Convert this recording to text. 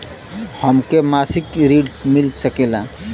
हमके मासिक ऋण मिल सकेला?